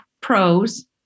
pros